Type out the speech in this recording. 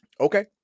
okay